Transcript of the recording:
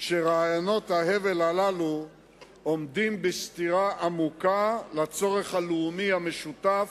שרעיונות ההבל הללו עומדים בסתירה עמוקה לצורך הלאומי המשותף,